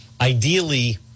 ideally